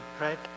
right